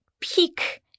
peak